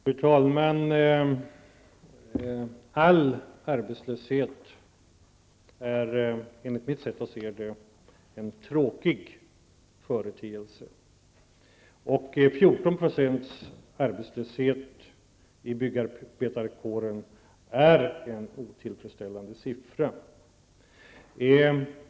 Fru talman! All arbetslöshet är enligt mitt sätt att se det en tråkig företeelse. En arbetslöshet på 14 % inom byggarbetarkåren är en otillfredsställande siffra.